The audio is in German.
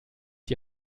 die